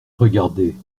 regardait